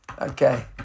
okay